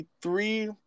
three